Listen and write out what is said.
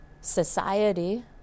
society